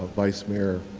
vice mayor,